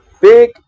Big